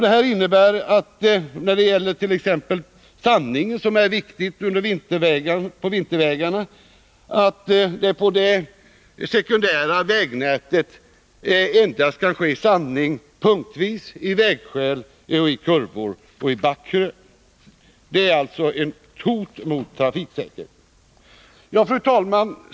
Detta innebär att t.ex. sandningen, som är viktig på vintervägarna, på det sekundära vägnätet i stort sett endast kan utföras punktvis i vägskäl, i kurvor och på backkrön. Det är alltså ett hot mot trafiksäkerheten. Fru talman!